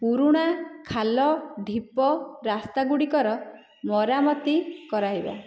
ପୁରୁଣା ଖାଲ ଢିପ ରାସ୍ତାଗୁଡିକର ମରାମତି କରାଇବା